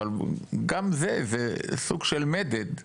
אבל גם זה סוג של מדד שיכול,